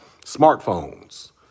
smartphones